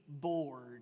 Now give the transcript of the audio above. bored